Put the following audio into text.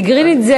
טיגרינית,